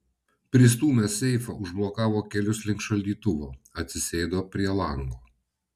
pristūmęs seifą užblokavo kelius link šaldytuvo atsisėdo prie lango